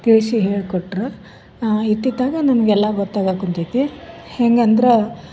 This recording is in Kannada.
ಕೃಷಿ ಹೇಳ್ಕೊಟ್ಟರು ಇತ್ತಿತ್ತಾಗ ನಗೆಲ್ಲ ಗೊತ್ತಾಗ ಕುಂತೈತಿ ಹೇಗಂದ್ರ